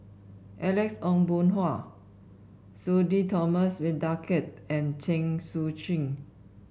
Alex Ong Boon Hau Sudhir Thomas Vadaketh and Chen Sucheng